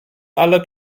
aller